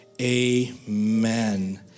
Amen